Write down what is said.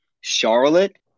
Charlotte